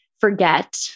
forget